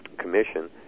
Commission